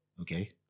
Okay